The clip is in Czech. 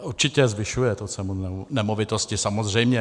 Určitě, zvyšuje to cenu nemovitosti, samozřejmě.